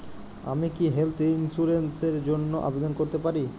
আমি কি health insurance র জন্য আবেদন করতে পারি?